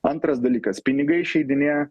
antras dalykas pinigai išeidinėja